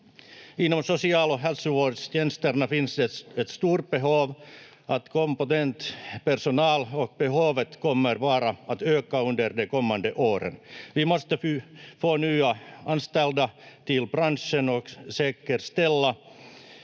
Inom social- och hälsovårdstjänsterna finns ett stort behov av kompetent personal, och behovet kommer bara att öka under de kommande åren. Vi måste få nya anställda till branschen och säkerställa